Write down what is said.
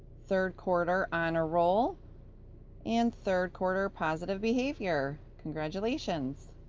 third quarter honor roll and third quarter positive behavior. congratulations!